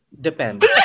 Depends